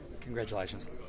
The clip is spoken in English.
Congratulations